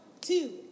two